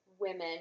women